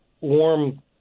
warm